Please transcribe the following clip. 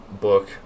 book